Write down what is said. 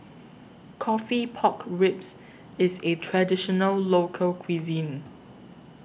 Coffee Pork Ribs IS A Traditional Local Cuisine